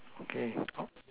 okay oh